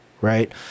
right